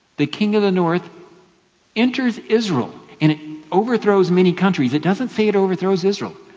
the king of the north enters israel, and it overthrows many countries. it doesn't say it overthrows israel.